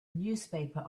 newspaper